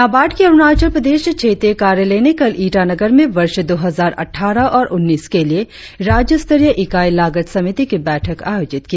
नाबार्ड की अरुणाचल प्रदेश क्षेत्रीय कार्यालय ने कल ईटानगर में वर्ष दो हजार अठठारह उन्नीस के लिए राज्य स्तरीय इकाई लागत समिति की बैठक आयोजित की